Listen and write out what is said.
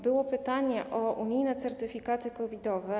Było pytanie o unijne certyfikaty COVID-owe.